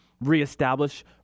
re-establish